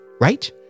right